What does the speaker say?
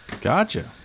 Gotcha